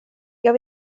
jag